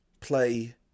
Play